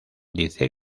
dice